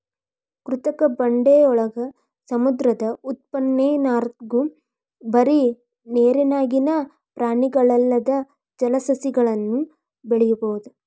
ಕೃತಕ ಬಂಡೆಯೊಳಗ, ಸಮುದ್ರದ ಉಪ್ಪನೇರ್ನ್ಯಾಗು ಬರಿ ನೇರಿನ್ಯಾಗಿನ ಪ್ರಾಣಿಗಲ್ಲದ ಜಲಸಸಿಗಳನ್ನು ಬೆಳಿಬೊದು